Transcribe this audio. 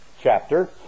chapter